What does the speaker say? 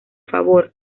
favor